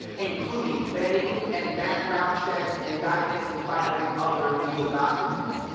including vetting and background checks and guidance in filing other legal documents.